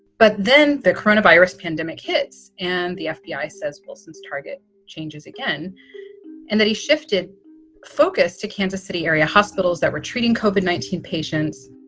but then the coronavirus pandemic hits. and the fbi says willson's target changes again and that he shifted focus to kansas city area hospitals that were treating copan nineteen patients